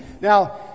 Now